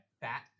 fat